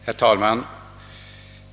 Herr talman!